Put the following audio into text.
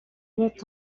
look